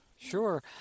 sure